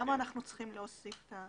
למה אנחנו צריכים להוסיף?